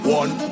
one